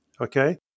okay